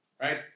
right